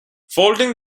folding